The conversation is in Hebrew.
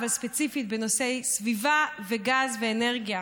אבל ספציפית בנושאי סביבה וגז ואנרגיה.